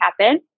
happen